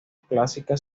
clásica